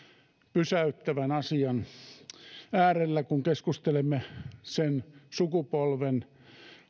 pysäyttävän asian äärellä kun keskustelemme sen sukupolven